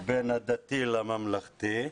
בין הדתי לממלכתי,